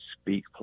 speak